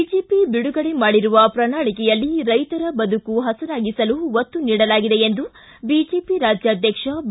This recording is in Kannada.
ಬಿಜೆಪಿ ಬಿಡುಗಡೆ ಮಾಡಿರುವ ಪ್ರಣಾಳಿಕೆಯಲ್ಲಿ ರೈತರ ಬದುಕು ಹಸನಾಗಿಸಲು ಒತ್ತು ನೀಡಲಾಗಿದೆ ಎಂದು ಬಿಜೆಪಿ ರಾಜ್ವಾಧ್ವಕ್ಷ ಬಿ